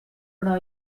però